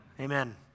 amen